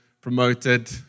promoted